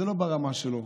זה לא ברמה שלו,